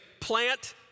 Plant